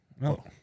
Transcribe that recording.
No